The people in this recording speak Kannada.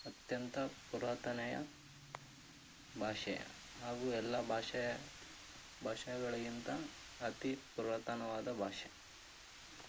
ಅತ್ಯಂತ ಪುರಾತನ ಭಾಷೆ ಹಾಗೂ ಎಲ್ಲಾ ಭಾಷೆಯ ಭಾಷೆಗಳಿಗಿಂತ ಅತೀ ಪುರಾತನವಾದ ಭಾಷೆ